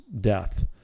death